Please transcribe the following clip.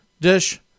dish